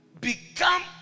Become